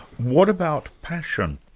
what about passion?